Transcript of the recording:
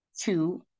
two